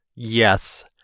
yes